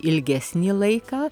ilgesnį laiką